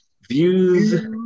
views